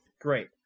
Great